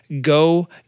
go